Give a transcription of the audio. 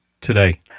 today